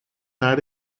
naar